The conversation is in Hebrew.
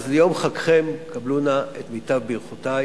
אז ליום חגכם קבלו נא את מיטב ברכותי,